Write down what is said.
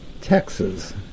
Texas